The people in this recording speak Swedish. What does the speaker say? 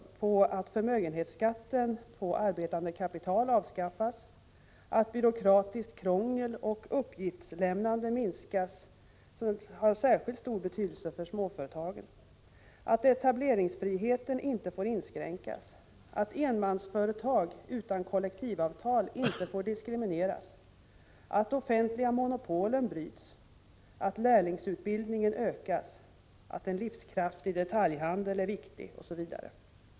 Vi kräver nämligen att förmögenhetsskatten på arbetande kapital avskaffas, att byråkratiskt krångel och uppgiftslämnande minskas — vilket har särskilt stor betydelse för småföretagen —, att etableringsfriheten inte får inskränkas, att enmansföretag utan kollektivavtal inte får diskrimineras, att de offentliga monopolen bryts och att lärlingsutbildningen utökas. Dessutom är en livskraftig detaljhandel viktig för Sverige.